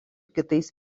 kitais